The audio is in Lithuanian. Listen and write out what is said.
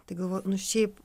tai galvoju nu šiaip